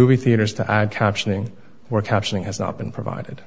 movie theaters to add captioning or captioning has not been provided